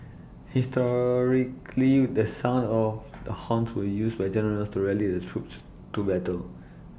historically the sound of the horns were used by generals to rally their troops to battle